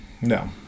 No